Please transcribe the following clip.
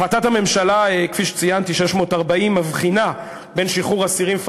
החלטת הממשלה 640 מבחינה בין שחרור אסירים